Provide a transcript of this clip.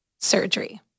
surgery